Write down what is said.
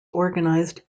organized